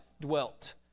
dwelt